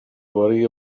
worry